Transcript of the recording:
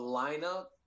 lineup